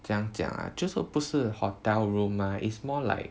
怎样讲 ah 就是不是 hotel room mah is more like